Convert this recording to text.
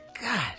God